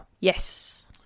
Yes